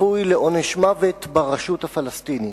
צפוי לעונש מוות ברשות הפלסטינית.